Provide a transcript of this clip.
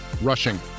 rushing